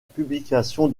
publication